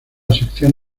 sección